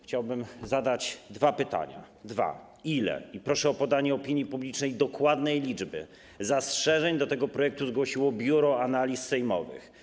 Chciałbym zadać dwa pytania: Ile, i proszę o podanie opinii publicznej dokładnej liczby, zastrzeżeń do tego projektu zgłosiło Biuro Analiz Sejmowych?